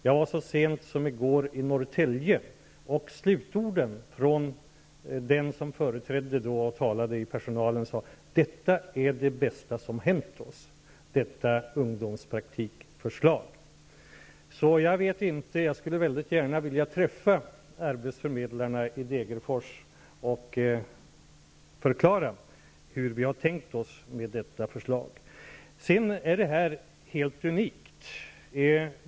Jag var så sent som i går i Norrtälje. Den som talade för personalens räkning avslutade med att säga: Detta ungdomspraktikförslag är det bästa som hänt oss. Jag skulle väldigt gärna vilja träffa arbetsförmedlarna i Degerfors och förklara för dem hur vi har tänkt oss detta förslag. Detta är något helt unikt.